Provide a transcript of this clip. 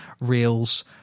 reels